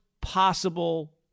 possible